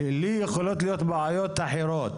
לי יכולות להיות בעיות אחרות,